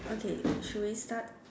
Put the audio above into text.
okay should we start